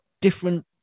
different